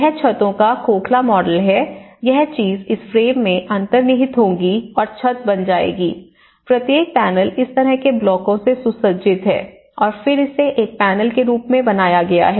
यह छतों का खोखला मॉडल है यह चीज इस फ्रेम में अंतर्निहित होंगी और छत बन जाएगी प्रत्येक पैनल इस तरह के ब्लॉकों से सुसज्जित है और फिर उसे एक पैनल के रूप में बनाया गया है